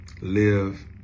live